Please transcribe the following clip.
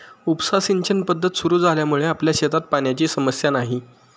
उपसा सिंचन पद्धत सुरु झाल्यामुळे आपल्या शेतात पाण्याची समस्या नाही